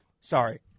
Sorry